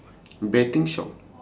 betting shop